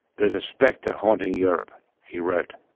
there's a spectre haunting europe he wrote,